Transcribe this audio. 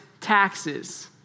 taxes